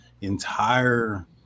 entire